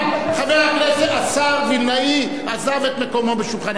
השר וילנאי עזב את מקומו בשולחן הממשלה.